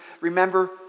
Remember